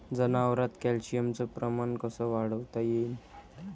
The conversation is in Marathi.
जनावरात कॅल्शियमचं प्रमान कस वाढवता येईन?